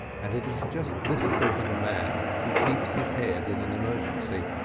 and it is just this sort of man who keeps his head in an emergency,